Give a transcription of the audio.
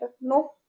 No